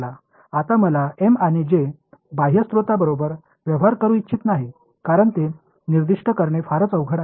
आता मला एम आणि जे बाह्य स्रोतांबरोबर व्यवहार करू इच्छित नाही कारण ते निर्दिष्ट करणे फारच अवघड आहे